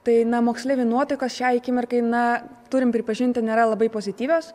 tai na moksleivių nuotaikos šiai akimirkai na turim pripažinti nėra labai pozityvios